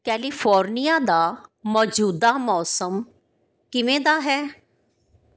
California ਦਾ ਮੌਜੂਦਾ ਮੌਸਮ ਕਿਵੇਂ ਦਾ ਹੈ